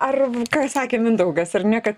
ar ką sakė mindaugas ar ne kad